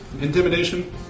intimidation